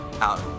out